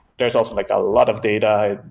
there's also like a lot of data,